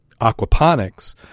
aquaponics